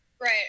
Right